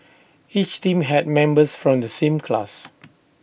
each team had members from the same class